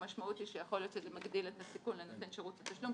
המשמעות היא שיכול להיות שזה מגדיל את הסיכון לנותן שירות לתשלום,